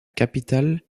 capitale